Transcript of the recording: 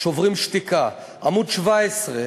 "שוברים שתיקה"; עמוד 17,